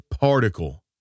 particle